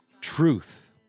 Truth